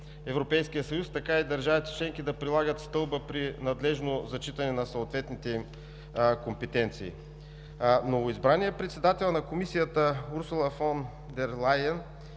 Европейския съюз, така и държавите членки да го прилагат при надлежно зачитане на съответните компетенции. Новоизбрания председател на Комисията Урсула фон дер Лайен